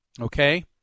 Okay